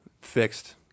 Fixed